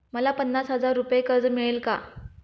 मला पन्नास हजार रुपये कर्ज मिळेल का?